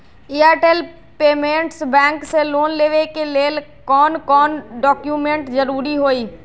Airtel payments bank से loan लेवे के ले कौन कौन डॉक्यूमेंट जरुरी होइ?